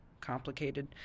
complicated